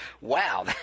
wow